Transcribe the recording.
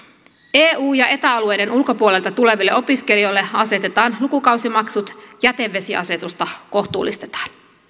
eu ja eta alueiden ulkopuolelta tuleville opiskelijoille asetetaan lukukausimaksut ja jätevesiasetusta kohtuullistetaan